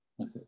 Okay